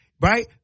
Right